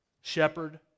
Shepherd